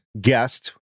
guest